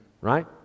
right